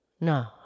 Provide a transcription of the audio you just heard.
No